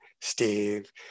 Steve